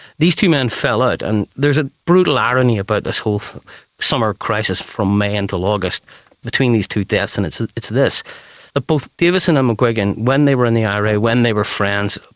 these two men fell out, and there's a brutal irony about this whole summer crisis from may until august between these two deaths and it's it's this that both davison and mcguigan, when they were in the ira, when they were friends,